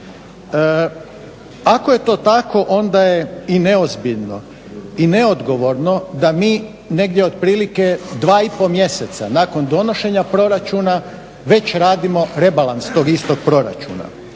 Ako je to tako onda je i neozbiljno i neodgovorno da mi negdje otprilike 2 i pol mjeseca nakon donošenja proračuna već radimo rebalans tog istog proračuna.